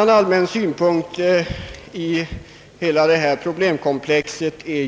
En allmän synpunkt på problemkomplexet är